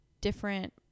different